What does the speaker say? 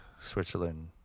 Switzerland